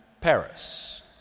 Paris